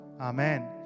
Amen